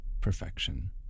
perfection